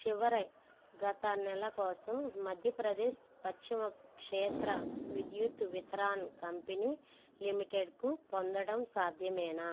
చివరయ్ గత నెల కోసం మధ్యప్రదేశ్ పశ్చిమ క్షేత్ర విద్యుత్ వితరాన్ కంపెనీ లిమిటెడ్కు పొందడం సాధ్యమేనా